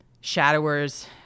shadowers